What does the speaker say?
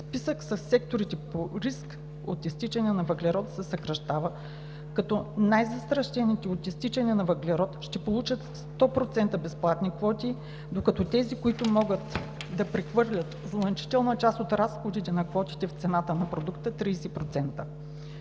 Списъкът със секторите под риск от изтичане на въглерод се съкращава, като най-застрашените от изтичане на въглерод ще получат 100% безплатни квоти, докато тези, които могат да прехвърлят значителна част от разходите на квотите в цената на продукта – 30%.